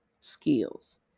skills